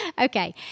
Okay